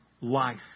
life